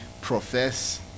profess